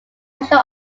martial